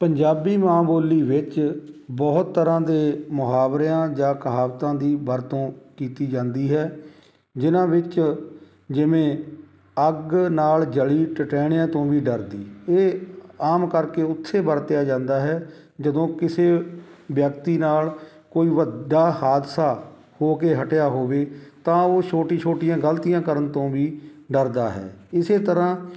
ਪੰਜਾਬੀ ਮਾਂ ਬੋਲੀ ਵਿੱਚ ਬਹੁਤ ਤਰ੍ਹਾਂ ਦੇ ਮੁਹਾਵਰਿਆਂ ਜਾਂ ਕਹਾਵਤਾਂ ਦੀ ਵਰਤੋਂ ਕੀਤੀ ਜਾਂਦੀ ਹੈ ਜਿਹਨਾਂ ਵਿੱਚ ਜਿਵੇਂ ਅੱਗ ਨਾਲ ਜਲੀ ਟਟਿਆਣਿਆਂ ਤੋਂ ਵੀ ਡਰਦੀ ਇਹ ਆਮ ਕਰਕੇ ਉੱਥੇ ਵਰਤਿਆ ਜਾਂਦਾ ਹੈ ਜਦੋਂ ਕਿਸੇ ਵਿਅਕਤੀ ਨਾਲ ਕੋਈ ਵੱਡਾ ਹਾਦਸਾ ਹੋ ਕੇ ਹਟਿਆ ਹੋਵੇ ਤਾਂ ਉਹ ਛੋਟੀ ਛੋਟੀਆਂ ਗਲਤੀਆਂ ਕਰਨ ਤੋਂ ਵੀ ਡਰਦਾ ਹੈ ਇਸੇ ਤਰ੍ਹਾਂ